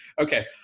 okay